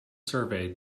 survey